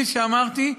כפי שאמרתי,